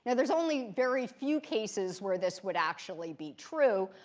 and there's only very few cases where this would actually be true,